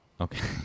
Okay